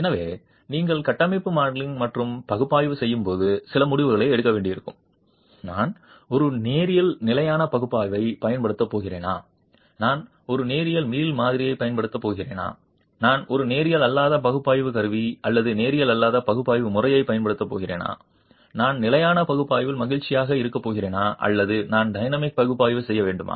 எனவே நீங்கள் கட்டமைப்பு மாடலிங் மற்றும் பகுப்பாய்வு செய்யும்போது சில முடிவுகளை எடுக்க வேண்டியிருக்கும் நான் ஒரு நேரியல் நிலையான பகுப்பாய்வைப் பயன்படுத்தப் போகிறேனா நான் ஒரு நேரியல் மீள் மாதிரியைப் பயன்படுத்தப் போகிறேனா நான் ஒரு நேரியல் அல்லாத பகுப்பாய்வு கருவி அல்லது நேரியல் அல்லாத பகுப்பாய்வு முறையைப் பயன்படுத்தப் போகிறேனா நான் நிலையான பகுப்பாய்வில் மகிழ்ச்சியாக இருக்கப் போகிறேனா அல்லது நான் டைனமிக் பகுப்பாய்வு செய்ய வேண்டுமா